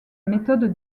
méthode